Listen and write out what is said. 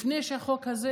לפני שהחוק הזה